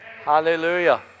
Hallelujah